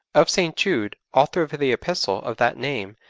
of st. jude, author of the epistle of that name,